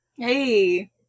hey